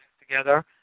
together